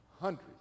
hundreds